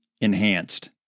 enhanced